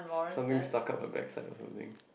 something stuck up her backside or something